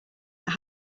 that